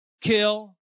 kill